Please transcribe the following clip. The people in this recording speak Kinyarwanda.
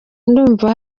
ndumva